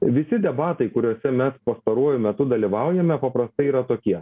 visi debatai kuriuose mes pastaruoju metu dalyvaujame paprastai yra tokie